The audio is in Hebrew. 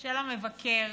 של המבקר